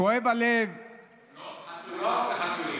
חתולות וחתולים.